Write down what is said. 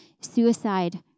suicide